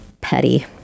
petty